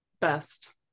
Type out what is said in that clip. Best